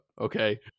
okay